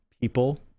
people